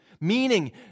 meaning